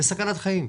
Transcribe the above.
זו סכנת חיים.